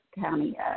county